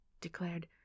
declared